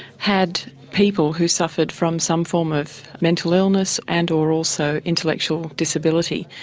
had people who suffered from some form of mental illness and or also intellectual disability.